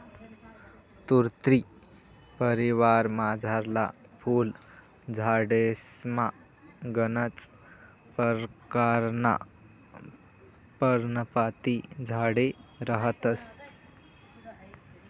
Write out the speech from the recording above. तुती परिवारमझारला फुल झाडेसमा गनच परकारना पर्णपाती झाडे रहातंस